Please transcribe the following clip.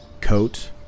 coat